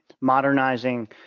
modernizing